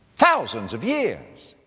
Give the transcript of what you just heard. thousands of years!